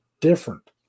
different